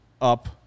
up